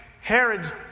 Herod's